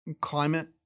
Climate